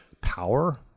power